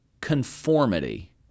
conformity